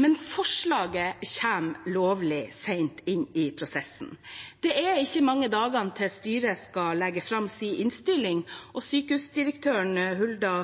men forslaget kommer lovlig sent inn i prosessen. Det er ikke mange dager til styret skal legge fram sin innstilling, og sykehusdirektør Hulda